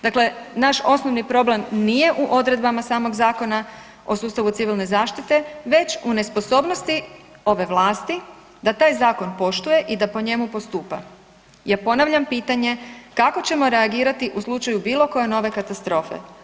Dakle, naš osnovni problem nije u odredbama samog Zakona o sustavu civilne zaštite već u nesposobnosti ove vlasti da taj zakon poštuje i da po njemu postupa jer ponavljam pitanje, kako ćemo reagirati u slučaju bilo koje nove katastrofe?